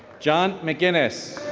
john mcguiness.